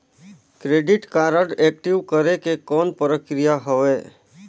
Credit card active करे के कौन प्रक्रिया हवे?